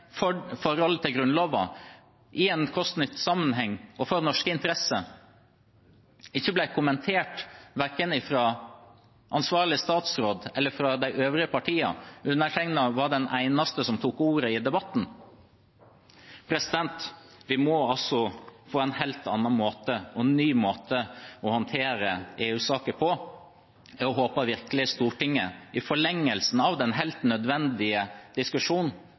for forholdet til Grunnloven, i en kost–nytte-sammenheng og for norske interesser, ikke ble kommentert verken av ansvarlig statsråd eller av de øvrige partiene. Undertegnede var den eneste som tok ordet i debatten. Vi må altså få en helt annen og ny måte å håndtere EU-saker på. Jeg håper virkelig Stortinget – i forlengelsen av den helt nødvendige diskusjonen